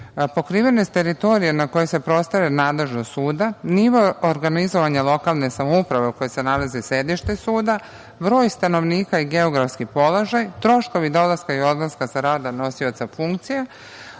Pokrivenost teritorije na kojoj se prostire nadležnost suda, nivo organizovanja lokalne samouprave u kojoj se nalazi sedište suda, broj stanovnika i geografski položaj, troškovi dolaska i odlaska sa rada nosioca funkcije,